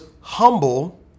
humble